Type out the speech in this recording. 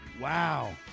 Wow